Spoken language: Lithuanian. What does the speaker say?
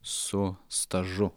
su stažu